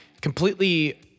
completely